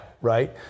Right